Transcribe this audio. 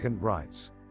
rights